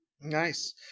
nice